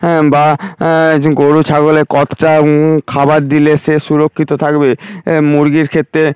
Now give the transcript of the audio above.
হ্যাঁ বা যে গরু ছাগলে কতটা খাবার দিলে সে সুরক্ষিত থাকবে মুরগির ক্ষেত্রে